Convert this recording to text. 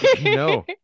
no